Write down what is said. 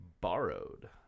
borrowed